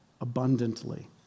abundantly